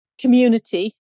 community